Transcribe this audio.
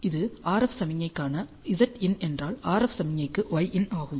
இது RF சமிக்ஞைக்கான zin என்றால் இது RF சமிக்ஞைக்கு yin ஆகும்